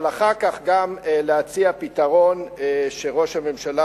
אבל אחר כך גם להציע פתרון שראש הממשלה,